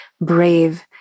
brave